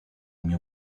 mio